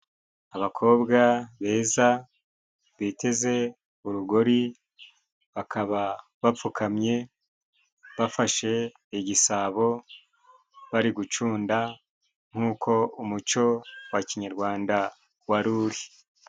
Abakobwa beza biteze urugor,i bakaba bapfukamye bafashe igisabo. Bari gucunda nk'uko umuco wa kinyarwanda wari uri.